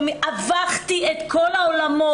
הפכתי את כל העולמות,